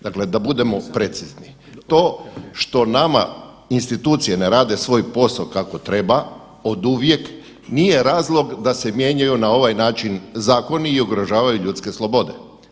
Dakle, da budemo precizni, to što nama institucije ne rade svoj posao kako treba oduvijek nije razlog da se mijenjaju na ovaj način zakoni i ugrožavaju ljudske slobode.